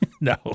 No